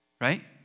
right